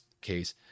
case